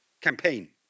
campaign